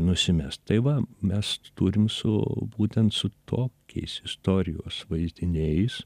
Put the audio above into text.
nusimest tai va mes turim su būtent su tokiais istorijos vaizdiniais